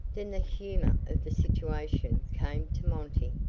then the humor of the situation came to monty.